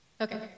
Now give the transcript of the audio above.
Okay